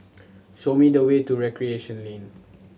show me the way to Recreation Lane